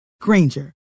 Granger